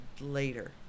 later